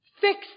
fix